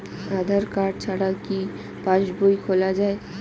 আধার card ছাড়া কি পাসবই খোলা যায়?